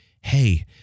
Hey